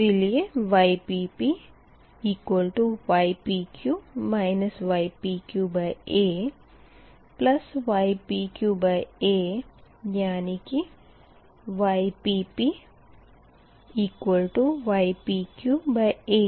इसलिए Yppypq ypqaypqa यानी कि Yppypqaa 1aypq